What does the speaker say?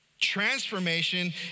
Transformation